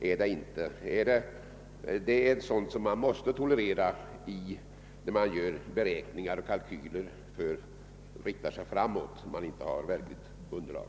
Man måste tolerera sådana här mindre avvikelser när man gör beräkningar och kalkyler som riktar sig framåt och inte har verklighetsunderlag.